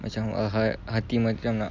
macam ha~ hati macam nak lah